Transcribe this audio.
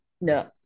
No